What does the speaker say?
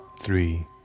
three